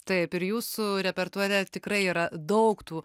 taip ir jūsų repertuare tikrai yra daug tų